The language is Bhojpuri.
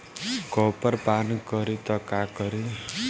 कॉपर पान करी त का करी?